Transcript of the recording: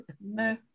no